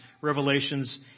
revelations